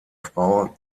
frau